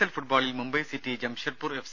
L ഫുട്ബോളിൽ Mumbai City Jamshedpur F